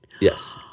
Yes